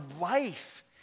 life